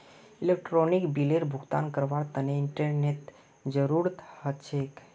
electronic बिलेर भुगतान करवार तने इंटरनेतेर जरूरत ह छेक